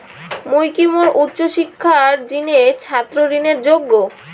মুই কি মোর উচ্চ শিক্ষার জিনে ছাত্র ঋণের যোগ্য?